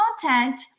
content